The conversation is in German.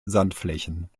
sandflächen